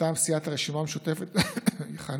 מטעם סיעת הרשימה המשותפת יכהנו